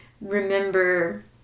remember